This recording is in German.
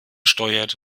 steuert